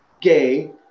gay